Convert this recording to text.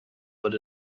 but